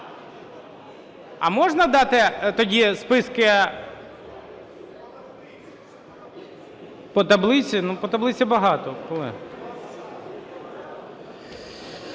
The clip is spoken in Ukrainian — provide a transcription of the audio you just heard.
А можна дати тоді списки? По таблиці? По таблиці багато.